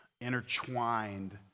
intertwined